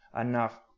enough